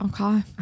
Okay